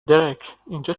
درکاینجا